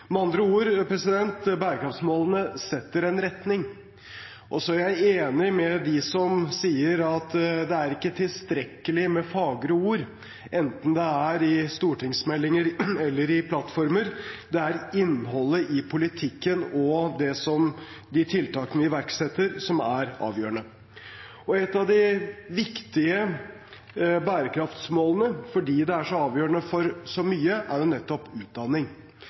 Med andre ord: Bærekraftsmålene setter en retning. Så er jeg enig med dem som sier at det ikke er tilstrekkelig med fagre ord, enten det er i stortingsmeldinger eller i plattformer. Det er innholdet i politikken og de tiltakene vi iverksetter, som er avgjørende. Et av de viktige bærekraftsmålene, fordi det er så avgjørende for så mye, er nettopp utdanning.